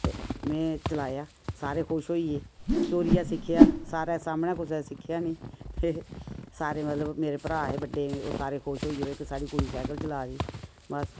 ते में चलाया सारे खुश होई गे चोरिआ सिक्खेआ सारै सामनै कुसै दे सिक्खेआ निं ते सारै मतलब मेरे भ्राऽ हे बड्डे ओह् सारे खुश होई गे कि भई साढ़ी कुड़ी सैकल चला दी बस